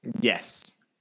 Yes